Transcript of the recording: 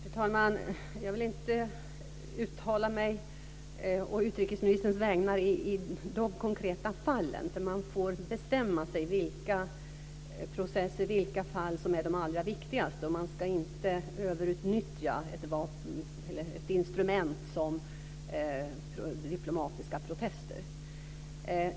Fru talman! Jag vill inte uttala mig å utrikesministerns vägnar i de konkreta fallen. Man får bestämma sig för vilka processer och fall som är de allra viktigaste, och man ska inte överutnyttja ett instrument som diplomatiska protester.